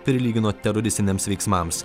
prilygino teroristiniams veiksmams